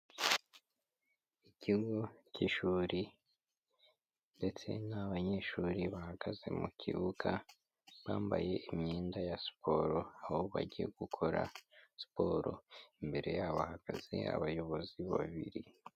Ikigo cy'ishuri ndetse n'abanyeshuri bahagaze mu kibuga bambaye imyenda ya siporo, aho bagiye gukora siporo, imbere yabo hahagaze abayobozi babiri.